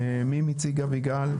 מי מציג, אביגל?